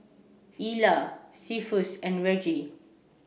Ila Cephus and Reggie